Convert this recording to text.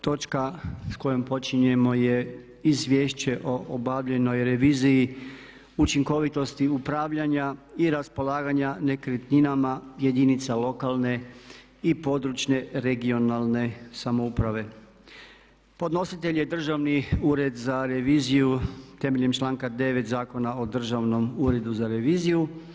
Točka s kojom počinjemo je: - Izvješće o obavljenoj reviziji učinkovitosti upravljanja i raspolaganja nekretninama jedinica lokalne i područne (regionalne) samouprave Podnositelj: Državni ured za reviziju Temeljem članka 9. Zakona o Državnom uredu za reviziju.